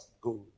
Good